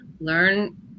learn